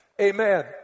Amen